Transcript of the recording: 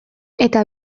eta